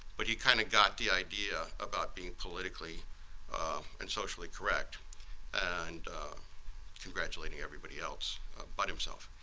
but he kind of got the idea about being politically and socially correct and congratulating everybody else but himself.